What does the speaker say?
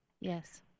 Yes